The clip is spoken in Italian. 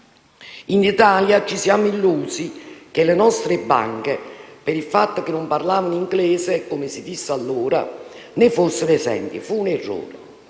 In Italia ci siamo illusi che le nostre banche, per il fatto che non parlavano inglese (come si disse allora) ne fossero esenti: fu un errore.